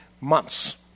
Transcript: months